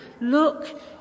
Look